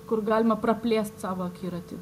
kur galima praplėst savo akiratį